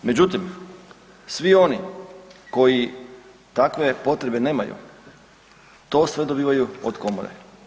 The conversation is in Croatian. Međutim, svi oni koji takve potrebe nemaju to sve dobivaju od komore.